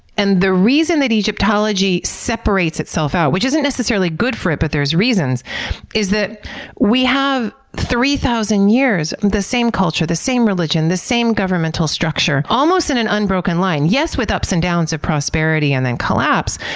and the reason that egyptology separates itself out which isn't necessarily good for it, but there's reasons is that we have for three thousand years the same culture, the same religion, the same governmental structure, almost in an unbroken line. yes, with ups and downs of prosperity and then collapse,